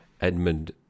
Edmund